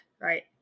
right